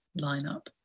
lineup